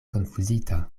konfuzita